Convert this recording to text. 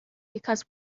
because